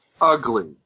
ugly